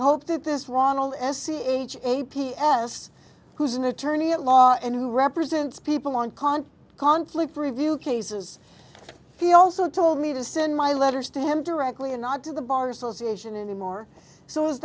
hope that this ronald s c a p l s who's an attorney at law and who represents people on can't conflict review cases he also told me to send my letters to him directly and not to the bar association anymore so is